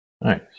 Nice